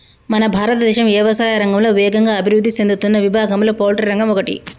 మన భారతదేశం యవసాయా రంగంలో వేగంగా అభివృద్ధి సేందుతున్న విభాగంలో పౌల్ట్రి రంగం ఒకటి